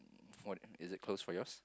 um what is it closed for yours